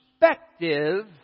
perspective